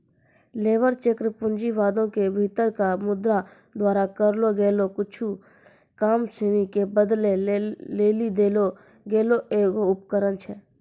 labour check पूँजीवादो के भीतरका मुद्रा द्वारा करलो गेलो कुछु काम सिनी के बदलै लेली देलो गेलो एगो उपकरण छै